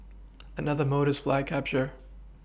another mode is flag capture